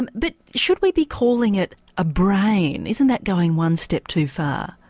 and but should we be calling it a brain, isn't that going one step too far?